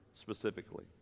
specifically